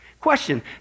Question